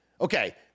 Okay